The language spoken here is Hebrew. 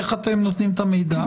איך אתם נותנים את המידע.